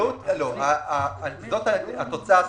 זו התוצאה הסופית,